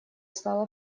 стало